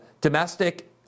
domestic